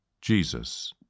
Jesus